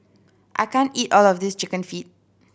I can't eat all of this Chicken Feet